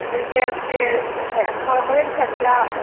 ꯑꯗꯣ ꯏꯆꯦ ꯑꯗꯨꯗꯤ ꯍꯣꯔꯦꯟ ꯁꯦꯝꯁꯤꯔ